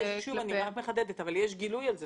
יש גילוי על זה,